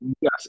Yes